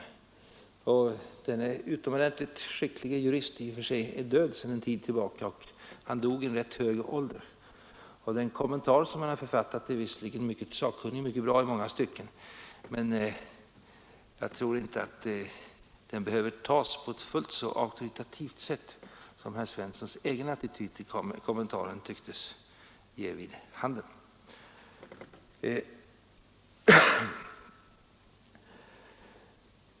Denne, som i och för sig var en utomordentligt skicklig jurist, är död sedan en tid, han dog vid rätt hög ålder. Den kommentar som Beckman har författat är visserligen mycket sakkunnig och mycket bra i många stycken, men jag tror inte den behöver tas på ett fullt så auktoritativt sätt som herr Svenssons egen attityd till kommentaren tycks ge vid handen.